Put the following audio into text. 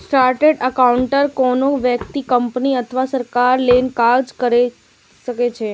chartered accountant कोनो व्यक्ति, company अथवा सरकार लेल काज कैर सकै छै